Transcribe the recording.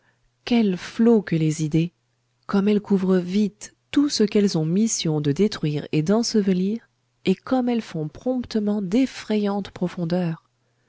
quels flots que les idées comme elles couvrent vite tout ce qu'elles ont mission de détruire et d'ensevelir et comme elles font promptement d'effrayantes profondeurs